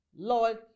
Lord